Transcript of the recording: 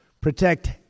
protect